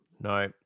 no